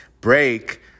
break